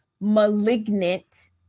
malignant